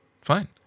fine